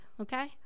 okay